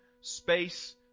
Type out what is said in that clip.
space